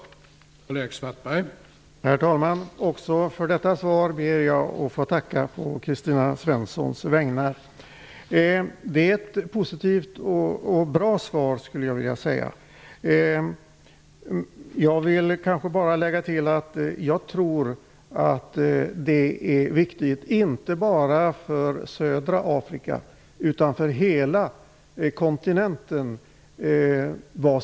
Då Kristina Svensson, som framställt frågan, anmält att hon var förhindrad att närvara vid sammanträdet, medgav tredje vice talmannen att